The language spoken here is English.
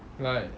like